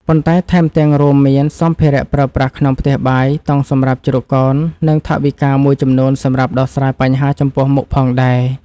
ប៉ុន្តែថែមទាំងរួមមានសម្ភារៈប្រើប្រាស់ក្នុងផ្ទះបាយ តង់សម្រាប់ជ្រកកោន និងថវិកាមួយចំនួនសម្រាប់ដោះស្រាយបញ្ហាចំពោះមុខផងដែរ។